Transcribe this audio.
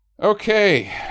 Okay